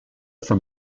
from